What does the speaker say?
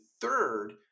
third